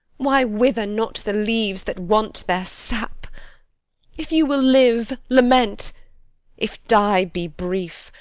why wither not the leaves that want their sap if you will live, lament if die, be brief,